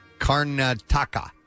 Karnataka